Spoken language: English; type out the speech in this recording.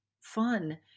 fun